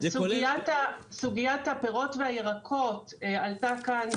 סוגיית הפירות והירקות עלתה כאן.